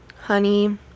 Honey